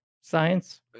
science